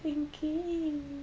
thinking